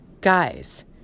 Guys